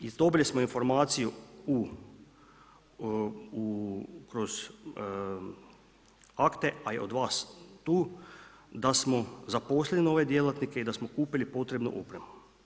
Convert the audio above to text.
I dobili smo informaciju kroz akte, a i od vas tu da smo zaposlili nove djelatnike i da smo kupili potrebnu opremu.